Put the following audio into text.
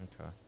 Okay